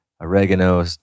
oregano